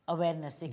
Awareness